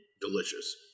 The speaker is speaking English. Delicious